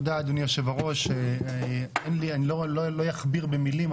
אני לא אכביר במילים,